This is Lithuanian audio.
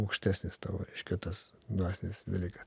aukštesnis tavo reiškia tas dvasinis dalykas